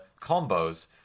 combos